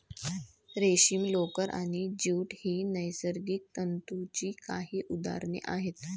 रेशीम, लोकर आणि ज्यूट ही नैसर्गिक तंतूंची काही उदाहरणे आहेत